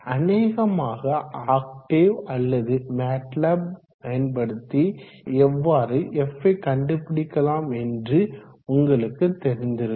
அநேகமாக ஆக்டேவ் அல்லது மேட்லேப் பயன்படுத்தி எவ்வாறு f யை கண்டுபிடிக்கலாம் என்று உங்களுக்கு தெரிந்திருக்கும்